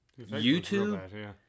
YouTube